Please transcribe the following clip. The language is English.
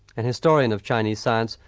an historian of chinese science.